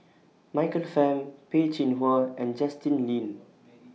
Michael Fam Peh Chin Hua and Justin Lean